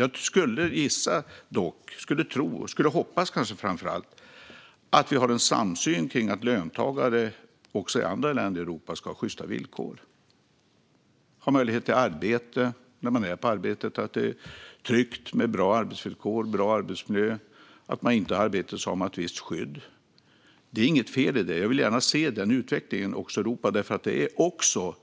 Jag skulle dock tro och hoppas att vi har en samsyn om att löntagare också i andra länder i Europa ska ha sjysta villkor. Man ska ha möjlighet till arbete, och arbetet ska vara tryggt, med bra arbetsvillkor och bra arbetsmiljö. Och har man inte arbete ska man ha ett visst skydd. Det är inget fel i detta. Jag vill gärna se den utvecklingen i Europa, för det är också